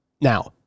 Now